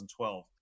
2012